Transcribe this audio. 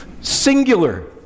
Singular